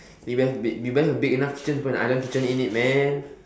you better have a big you better have a big enough kitchen to put an island kitchen in it man